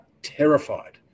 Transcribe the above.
terrified